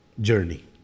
journey